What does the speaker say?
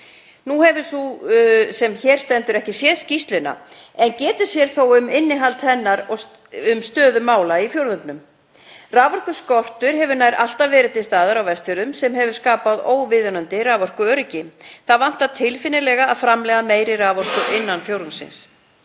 Nú hefur sú sem hér stendur ekki séð skýrsluna en getur sér þó til um innihald hennar og um stöðu mála í fjórðungnum. Raforkuskortur hefur nær alltaf verið til staðar á Vestfjörðum sem hefur skapað óviðunandi raforkuöryggi. Það vantar tilfinnanlega að framleiða meiri raforku innan fjórðungsins.